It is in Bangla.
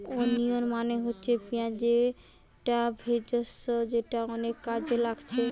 ওনিয়ন মানে হচ্ছে পিঁয়াজ যেটা ভেষজ যেটা অনেক কাজে লাগছে